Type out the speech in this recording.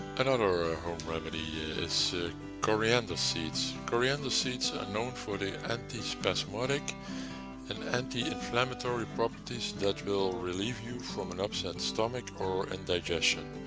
another ah home remedy is coriander seeds. coriander seeds are known for the antispasmodic and anti-inflammatory properties that will relieve you from an upset stomach or indigestion,